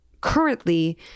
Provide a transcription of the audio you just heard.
currently